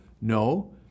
No